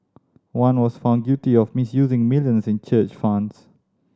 one was found guilty of misusing millions in church funds